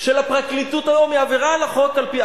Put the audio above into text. של הפרקליטות היום היא עבירה על החוק על-פי,